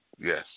Yes